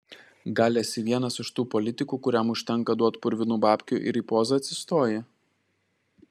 gal esi vienas iš tų politikų kuriam užtenka duot purvinų babkių ir į pozą atsistoji